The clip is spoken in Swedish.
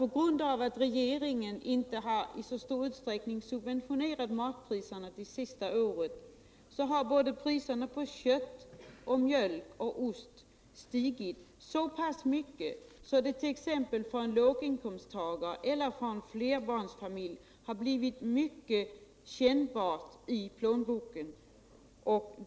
På grund av att regeringen inte i så stor utsträckning har subventionerat matpriserna under det senaste året har priserna på kött, mjölk och ost stigit så pass mycket att det t.ex. för en låginkomsttagare eller för en flerbarnsfamilj har blivit mycket kännbart i plånboken.